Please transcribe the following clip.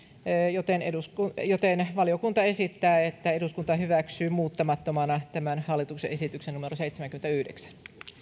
joten valiokunta esittää että eduskunta hyväksyy muuttamattomana tämän hallituksen esityksen numero seitsemänkymmentäyhdeksän